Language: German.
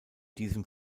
diesem